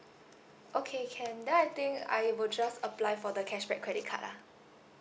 okay can then I think I will just apply for the cashback credit card lah